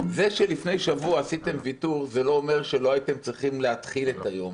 זה שלפני שבוע עשיתם ויתור זה לא אומר שלא הייתם צריכים להתחיל את היום